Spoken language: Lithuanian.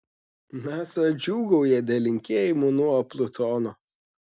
nasa džiūgauja dėl linkėjimų nuo plutono